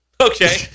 Okay